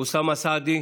אוסאמה סעדי,